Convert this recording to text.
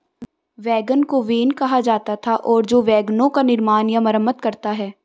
wagon को wain कहा जाता था और जो वैगनों का निर्माण या मरम्मत करता है